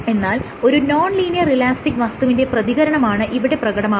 എന്നാൽ ഒരു non linear elastic വസ്തുവിന്റെ പ്രതികരണമാണ് ഇവിടെ പ്രകടമാകുന്നത്